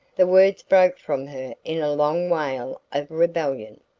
the words broke from her in a long wail of rebellion.